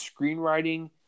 screenwriting